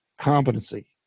Competency